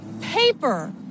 paper